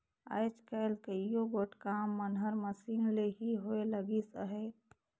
आएज काएल कइयो गोट काम मन हर मसीन ले ही होए लगिस अहे